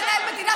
צריך לנהל מדינה,